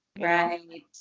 Right